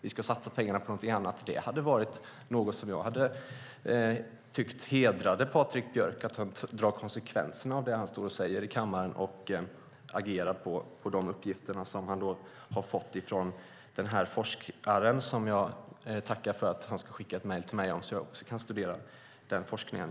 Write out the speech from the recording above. Vi ska satsa pengarna på någonting annat. Det skulle hedra Patrik Björck, att han tar konsekvenserna av det han står och säger i kammaren och agerar utifrån de uppgifter som han har fått från den här forskaren. Jag tackar för att han ska skicka ett mejl till mig om detta, så att jag också kan studera den forskningen.